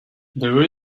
there